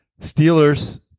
Steelers